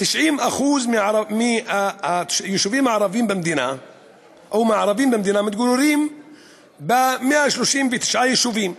90% מהתושבים הערבים במדינה מתגוררים ב-139 יישובים.